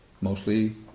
mostly